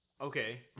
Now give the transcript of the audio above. Okay